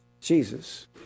Jesus